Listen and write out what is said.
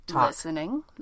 Listening